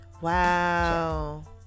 wow